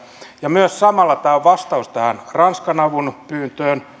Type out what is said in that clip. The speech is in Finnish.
ja samalla tämä on myös vastaus ranskan avunpyyntöön